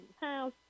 house